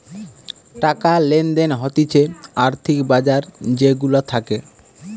টাকা লেনদেন হতিছে আর্থিক বাজার যে গুলা থাকে